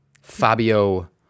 Fabio